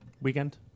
Weekend